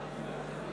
להעביר